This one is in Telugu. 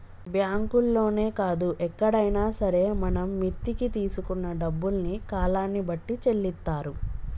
బ్యాంకుల్లోనే కాదు ఎక్కడైనా సరే మనం మిత్తికి తీసుకున్న డబ్బుల్ని కాలాన్ని బట్టి చెల్లిత్తారు